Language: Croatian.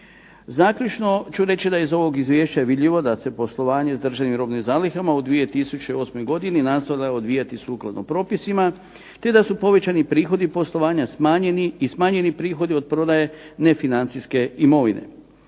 Zaključno ću reći da iz ovog izvješća je vidljivo da se poslovanje s državnim robnim zalihama u 2008. godini nastavlja odvijati sukladno propisima, te da su povećani prihodi poslovanja smanjeni, i smanjeni prihodi od prodaje nefinancijske imovine.